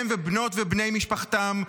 הם ובנות ובני משפחתם,